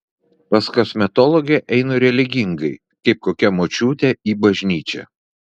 pas kosmetologę einu religingai kaip kokia močiutė į bažnyčią